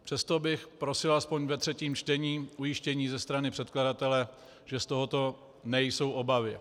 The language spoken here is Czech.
Přesto bych prosil aspoň ve třetím čtení ujištění ze strany předkladatele, že z tohoto nejsou obavy.